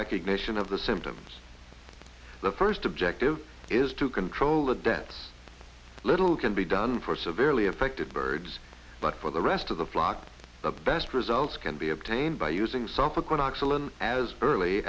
recognition of the symptoms the first objective is to control the deaths little can be done for severely affected birds but for the rest of the flock the best results can be obtained by using